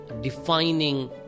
defining